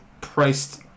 priced